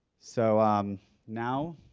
so um now,